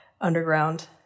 underground